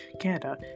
Canada